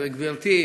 גברתי,